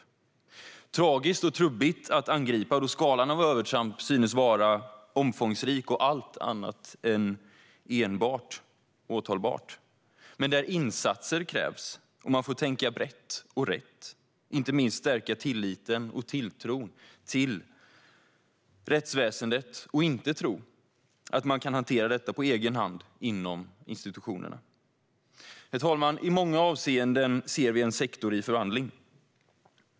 Det blir tragiskt och trubbigt att angripa då skalan av övertramp synes vara omfångsrik och allt annat än enbart åtalbart. Men insatser krävs, och man får tänka brett och rätt och inte minst stärka tilliten och tilltron till rättsväsendet. Man får inte tro att man kan hantera detta på egen hand inom institutionerna. I många avseenden ser vi en sektor i förvandling, herr talman.